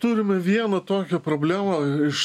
turime vieną tokią problemą iš